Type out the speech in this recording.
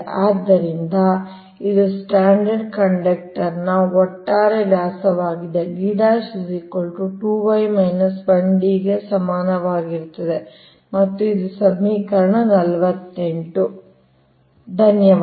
ಆದ್ದರಿಂದ ಇದು stranded conductor ನ ಒಟ್ಟಾರೆ ವ್ಯಾಸವಾಗಿದೆ D 2y 1D ಗೆ ಸಮಾನವಾಗಿರುತ್ತದೆ ಇದು ಸಮೀಕರಣ 48 ಆಗಿದೆ